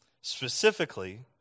Specifically